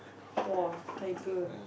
!woah! tiger